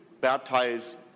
baptize